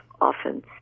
often